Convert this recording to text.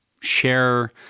share